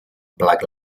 black